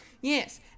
Yes